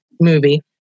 movie